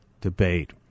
debate